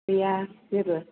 गैया जेबो